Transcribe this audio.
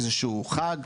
איזשהו חג,